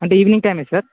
అంటే ఈవినింగ్ టైమే సార్